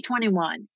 2021